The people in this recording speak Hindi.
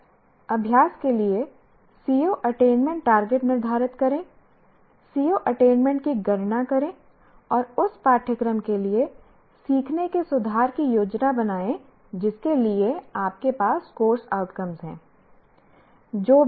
बस अभ्यास के लिए CO अटेनमेंट टारगेट निर्धारित करें CO अटेनमेंट की गणना करें और उस पाठ्यक्रम के लिए सीखने के सुधार की योजना बनाएं जिसके लिए आपके पास कोर्स आउटकम्स हैं